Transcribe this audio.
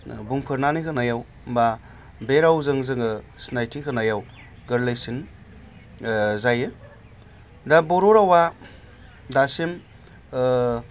बुंफोरनानै होनायाव बा बे रावजों जोङो सिनायथि होनायाव गोरलैसिन जायो दा बर' रावा दासिम